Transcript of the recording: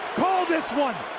call this one,